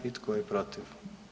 I tko je protiv?